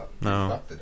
no